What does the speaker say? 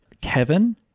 Kevin